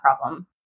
problem